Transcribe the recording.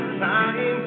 time